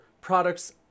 products